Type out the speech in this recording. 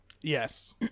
Yes